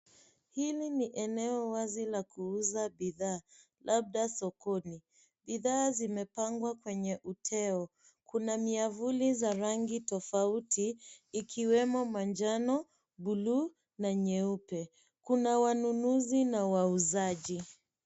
Hili ni eneo wazi la kuuza bidhaa labda sokoni. Bidhaa zimepangwa kwenye uteo. Kuna miavuli za rangi tofauti ikiwemo manjano, buluu na nyeupe. Kuna wanunuzi na wauzaji.